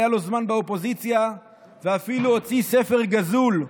היה לו זמן באופוזיציה ואפילו הוציא ספר גזול,